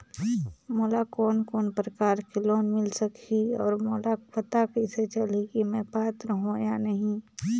मोला कोन कोन प्रकार के लोन मिल सकही और मोला पता कइसे चलही की मैं पात्र हों या नहीं?